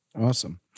Awesome